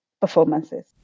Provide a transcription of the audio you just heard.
performances